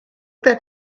that